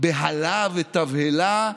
בהלה ותבהלה,